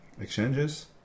exchanges